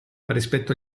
rispetto